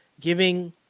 giving